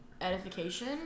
edification